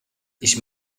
ich